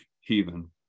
Heathen